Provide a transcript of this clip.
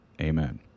Amen